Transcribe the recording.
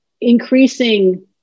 increasing